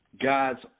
God's